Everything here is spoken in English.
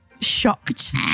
shocked